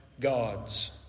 God's